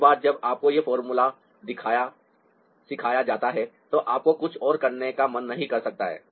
एक बार जब आपको यह फॉर्मूला सिखाया जाता है तो आपको कुछ और करने का मन नहीं कर सकता है